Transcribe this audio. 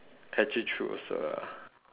actually true also ah